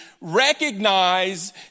recognize